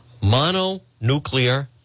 Mononuclear